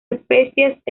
especies